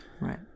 right